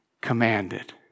commanded